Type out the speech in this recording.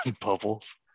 bubbles